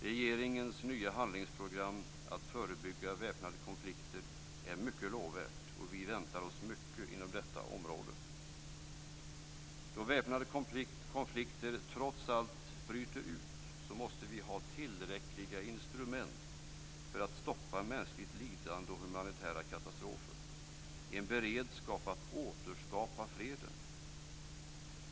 Regeringens nya handlingsprogram Att förebygga väpnade konflikter är mycket lovvärt, och vi väntar oss mycket inom detta område. Då väpnade konflikter trots allt bryter ut måste vi ha tillräckliga instrument för att stoppa mänskligt lidande och humanitära katastrofer, en beredskap att återskapa freden.